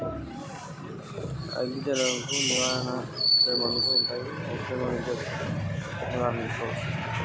అగ్గి తెగులు ఎట్లా పోతది?